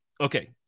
okay